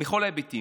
בכל ההיבטים.